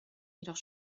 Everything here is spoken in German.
jedoch